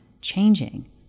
changing